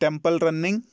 temple running